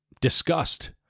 Disgust